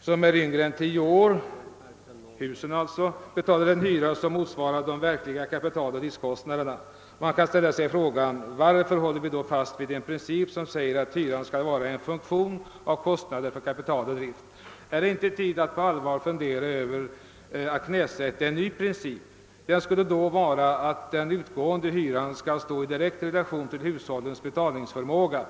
som är yngre än 10 år», — husen alltså — »betalar en hyra som motsvarar de verkliga kapitaloch driftkostnaderna. Man kan ställa sig frågan: Varför håller vi då fast vid en princip som säger att hyran skall vara en funktion av kostnaden för kapital och drift? Är det inte tid att på allvar fundera över att knäsätta en ny princip? Den skulle då vara att den utgående hyran skall stå i direkt relation till hushållens betalningsförmåga.